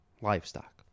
livestock